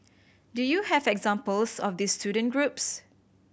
do you have examples of these student groups